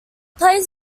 plays